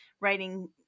writing